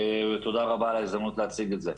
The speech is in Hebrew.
תודה רבה על ההזדמנות להציג את זה.